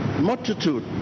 multitude